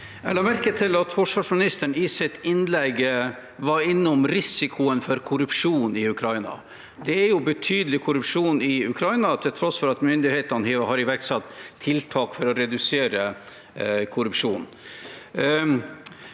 Jeg la merke til at for- svarsministeren i sitt innlegg var innom risikoen for korrupsjon i Ukraina. Det er betydelig korrupsjon i Ukraina, til tross for at myndighetene har iverksatt tiltak for å redusere korrupsjon.